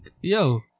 yo